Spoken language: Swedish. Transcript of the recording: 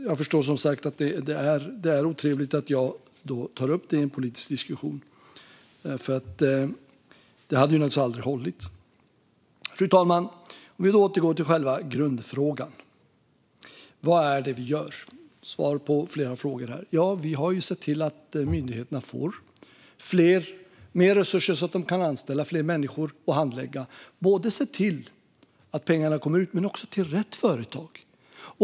Jag förstår som sagt att det är otrevligt att jag tar upp det i en politisk diskussion; det hade naturligtvis aldrig hållit. Fru talman! Jag vill återgå till själva grundfrågan om vad det är vi gör och svara på flera frågor. Vi har sett till att myndigheterna får fler och mer resurser så att de kan anställa fler människor och handlägga. De ska se till att pengarna både kommer ut och kommer till rätt företag.